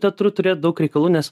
teatru turėt daug reikalų nes